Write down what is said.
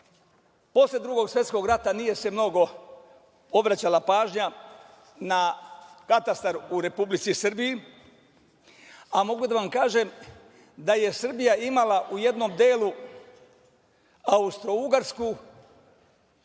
posle Drugog svetskog rata nije se mnogo obraćala pažnja na katastar u Republici Srbiji, a mogu da vam kažem da je Srbija imala u jednom delu austrougarsku